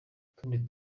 utundi